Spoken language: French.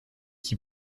qui